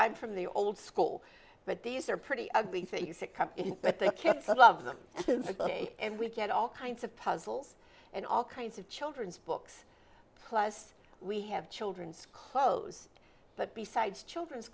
i'm from the old school but these are pretty ugly things that come in but they're kept for love them and we get all kinds of puzzles and all kinds of children's books plus we have children's clothes but besides children's